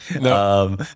No